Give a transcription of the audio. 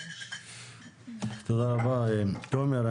תודה רבה, תומר.